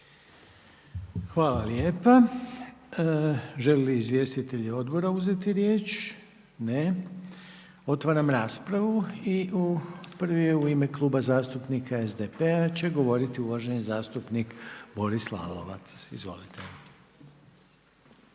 Hvala lijepa. Žele li izvjestitelji odbora uzeti riječ? Ne. Otvaram raspravu. I prvi je u ime Kluba zastupnika SDP-a će govoriti uvaženi zastupnik Boris Lalovac. Izvolite.